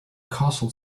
castle